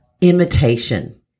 imitation